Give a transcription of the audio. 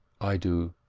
i do,